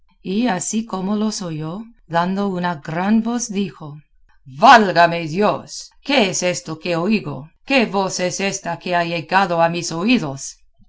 y así como las oyó dando una gran voz dijo válgame dios qué es esto que oigo qué voz es esta que ha llegado a mis oídos